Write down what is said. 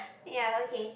ya okay